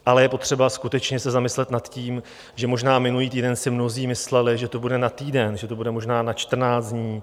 Ale je potřeba skutečně se zamyslet nad tím, že možná minulý týden si mnozí mysleli, že to bude na týden, že to bude možná na 14 dní.